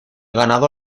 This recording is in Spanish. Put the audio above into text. ganado